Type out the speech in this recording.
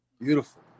beautiful